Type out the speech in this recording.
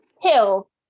hill